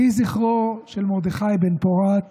יהי זכרו של מרדכי בן-פורת